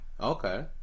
Okay